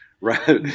Right